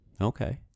Okay